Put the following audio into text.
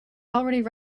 already